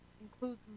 includes